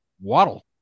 WADDLE